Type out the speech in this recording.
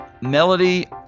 Melody